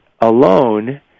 alone